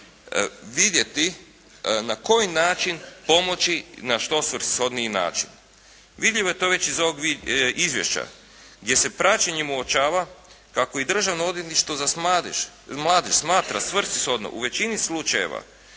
drogama vidjeti na koji način pomoći na što svrsishodniji način. Vidljivo je to već iz ovog izvješća gdje se praćenjem uočava kako i Državno odvjetništvo za mladež smatra svrsishodno u većini slučajeva